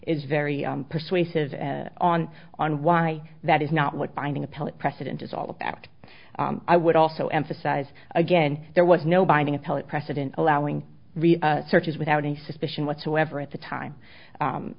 is very persuasive on on why that is not what binding appellate precedent is all about i would also emphasize again there was no binding appellate precedent allowing searches without any suspicion whatsoever at the time